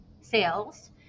sales